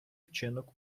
вчинок